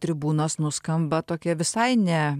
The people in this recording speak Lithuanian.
tribūnos nuskamba tokia visai ne